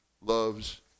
loves